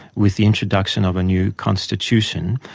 with the introduction of a new constitution,